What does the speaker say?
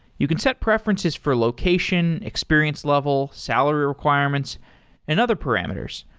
you can set preferences for location, experience level, salary requirements and other parameters,